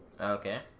Okay